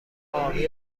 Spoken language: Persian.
آبی